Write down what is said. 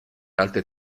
altre